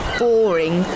boring